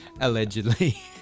allegedly